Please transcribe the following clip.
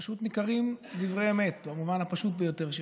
פשוט ניכרים דברי אמת, במובן הפשוט ביותר שלהם.